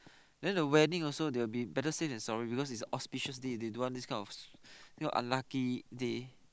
then the wedding also they will be better safe than sorry because it is auspicious day they don't want this kind of unlucky day